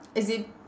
as in